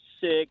six